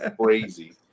Crazy